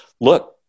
look